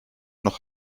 noch